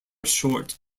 short